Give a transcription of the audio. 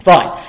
Fine